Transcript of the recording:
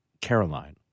Caroline